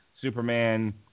Superman